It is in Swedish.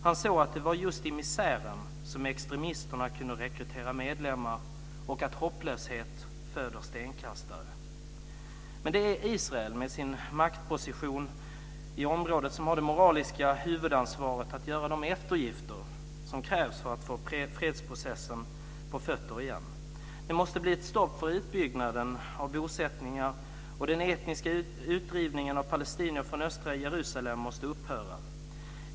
Han såg att det var just i misären som extremisterna kunde rekrytera medlemmar och att hopplösheten föder stenkastare. Men det är Israel med sin maktposition i området som har det moraliska huvudansvaret att göra de eftergifter som krävs för att få fredsprocessen på fötter igen. Det måste bli ett stopp för utbyggnaden av bosättningar, och den etniska utdrivningen av palestinier från östra Jerusalem måste upphöra.